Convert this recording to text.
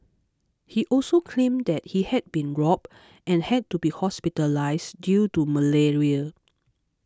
he also claimed that he had been robbed and had to be hospitalised due to malaria